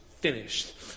finished